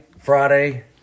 Friday